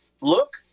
look